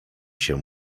się